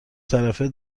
طرفه